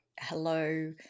hello